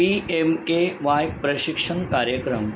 P M K Y प्रशिक्षण कार्यक्रम